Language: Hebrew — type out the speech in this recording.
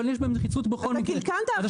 יש בהם נחיצות בכל מקרה -- קלקלת עכשיו.